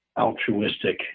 altruistic